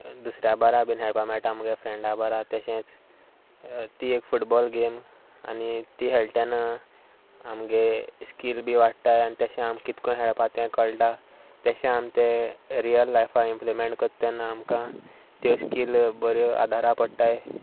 दुसऱ्या बारा बीन खेळपा मेळटा म्हजे फ्रेंडा बारा तशेंच ती एक फुटबॉल गेम आनी ती खेळटा तेन्ना आमच्यो स्कील बी वाडटात आनी तशें आमी कितें करून खेळपा तें कळटा तशें आमी तें रियल लायफा इम्प्लिमेंट करता तेन्ना आमकां त्यो स्किल बऱ्यो आदारा पडटात